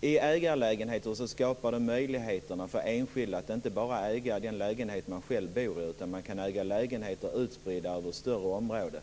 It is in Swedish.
är att ägarlägenheter skapar möjlighet för enskilda att inte bara äga den lägenhet man själv bor i, utan man kan äga lägenheter utspridda över större områden.